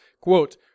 quote